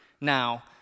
now